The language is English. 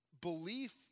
belief